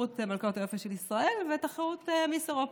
תחרות מלכות היופי של ישראל, ותחרות מיס אירופה.